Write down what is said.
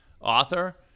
author